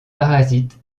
parasites